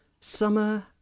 summer